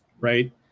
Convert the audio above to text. right